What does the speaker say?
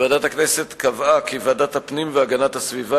ועדת הכנסת קבעה כי ועדת הפנים והגנת הסביבה